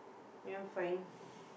you know fine